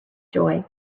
joy